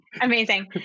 amazing